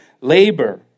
labor